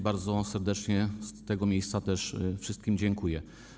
Bardzo serdecznie z tego miejsca wszystkim dziękuję.